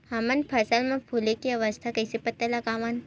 हमन फसल मा फुले के अवस्था के पता कइसे लगावन?